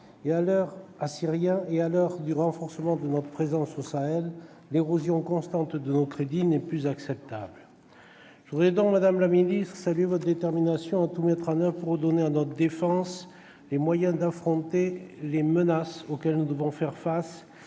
dans l'espace assyrien et à l'heure du renforcement de notre présence au Sahel, l'érosion constante de nos crédits n'est plus acceptable. Je voudrais donc saluer votre détermination à tout mettre en oeuvre pour redonner à notre défense les moyens d'affronter les menaces auxquelles nous devons faire face